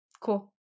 Cool